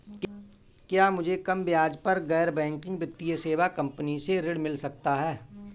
क्या मुझे कम ब्याज दर पर गैर बैंकिंग वित्तीय सेवा कंपनी से गृह ऋण मिल सकता है?